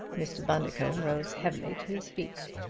mr. bundercombe rose heavily to his feet.